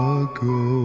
ago